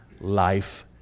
life